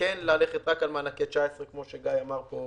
הוכרע כן ללכת רק על מענקי 19' כמו שגיא אמר פה.